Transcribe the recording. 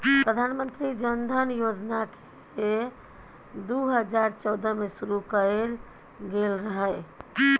प्रधानमंत्री जनधन योजना केँ दु हजार चौदह मे शुरु कएल गेल रहय